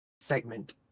segment